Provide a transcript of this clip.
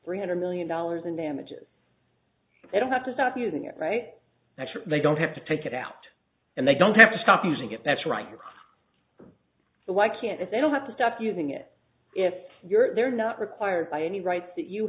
three hundred million dollars in damages they don't have to stop using it right now they don't have to take it out and they don't have to stop using it that's right why can't if they don't have to stop using it if you're they're not required by any rights that you